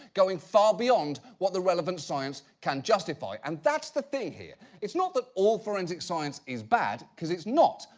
going far beyond what the relevant science can justify, and that's the thing here. it's not that all forensic science is bad, cause it's not,